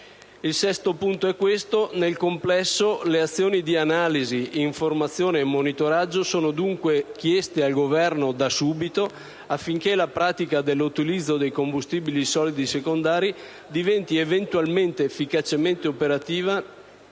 In sesto luogo, nel complesso le azioni di analisi, informazione e monitoraggio sono dunque chieste al Governo da subito, affinché la pratica dell'utilizzo dei combustibili solidi secondari diventi eventualmente efficacemente operativa